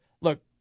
look